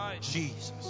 Jesus